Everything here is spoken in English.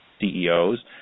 CEOs